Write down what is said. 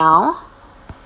ah